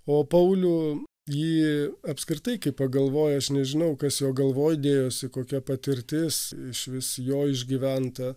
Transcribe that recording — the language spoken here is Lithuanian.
o paulių jį apskritai kai pagalvoji aš nežinau kas jo galvoj dėjosi kokia patirtis išvis jo išgyventa